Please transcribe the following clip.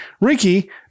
Ricky